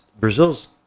Brazil's